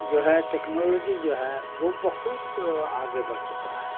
جو ہے ٹیکنالوجی جو ہے وہ بہت آگے بڑھ چکا ہے